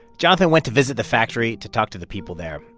jonathan went to visit the factory to talk to the people there.